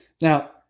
Now